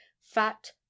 fat